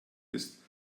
ist